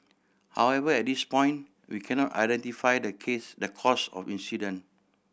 however at this point we cannot identify the case the cause of incident